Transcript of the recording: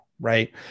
right